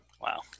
Wow